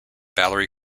valerie